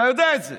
אתה יודע את זה.